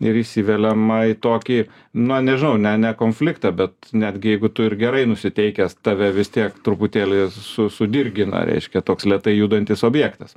ir įsiveliama į tokį na nežinau ne ne konfliktą bet netgi jeigu tu ir gerai nusiteikęs tave vis tiek truputėlį su sudirgina reiškia toks lėtai judantis objektas